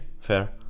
fair